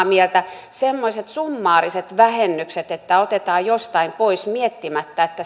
mieltä voi sanoa että semmoiset summaariset vähennykset että otetaan jostain pois ilman että